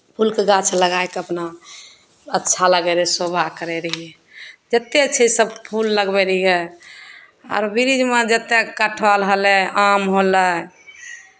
फूलके गाछ लगाए कऽ अपना अच्छा लागै रहय सेवा करैत रहियै जतेक छै सभ फूल लगबै रहियै आओर वृक्षमे जतेक कटहर होलै आम होलै